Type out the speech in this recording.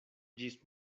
ĝis